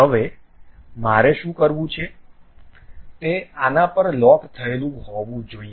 હવે મારે શું કરવું છે તે આના પર લોક થયેલું હોવું જોઈએ